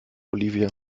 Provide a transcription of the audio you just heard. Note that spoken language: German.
olivia